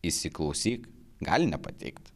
įsiklausyk gali nepatikt